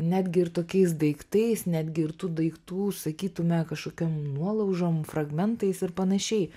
netgi ir tokiais daiktais netgi ir tų daiktų sakytume kažkokiom nuolaužom fragmentais ir panašiai